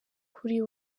kuri